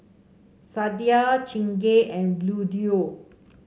Sadia Chingay and Bluedio